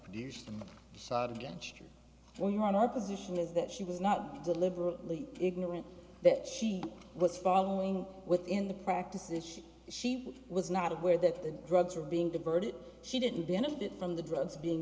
when you're on our position is that she was not deliberately ignorant that she was following within the practices she she was not aware that the drugs are being diverted she didn't benefit from the drugs being